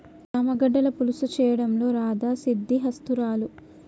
చామ గడ్డల పులుసు చేయడంలో రాధా సిద్దహస్తురాలు